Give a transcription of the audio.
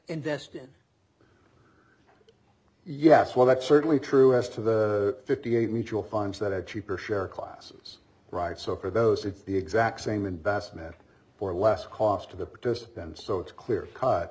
invest in yes well that's certainly true as to the fifty eight mutual funds that are cheaper share classes right so for those it's the exact same investment or less cost of the protests and so it's clear